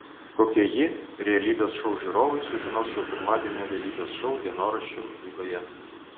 kokia ji realybės šou žiūrovai sužinos jau pirmadienio realybės šou dienoraščio laidoje